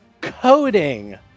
Coding